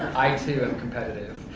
i too am competitive.